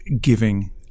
giving